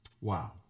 Wow